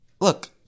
Look